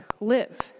live